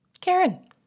Karen